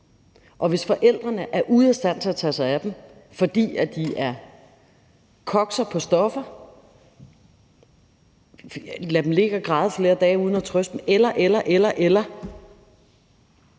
og hvis forældrene er ude af stand til at tage sig af dem, fordi de kokser på stoffer, lader dem ligge og græde i flere dage uden at trøste dem eller, eller osv., de